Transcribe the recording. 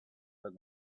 but